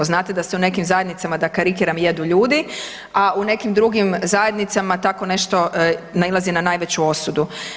Znate da se u nekim zajednicama da karikiram, jedu ljudi, a nekim drugim zajednicama tako nešto nailazi na najveću osudu.